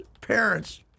parent's